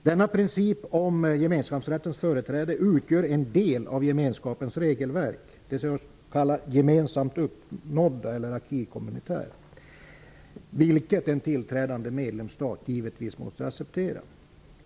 Denna princip om gemenskapsrättens företräde utgör en del av gemenskapens regelverk, det s.k. gemensamt uppnådda eller l'acquis communautaire, vilket en tillträdande medlemsstat givetvis måste acceptera.